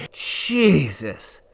jesus.